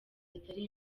atari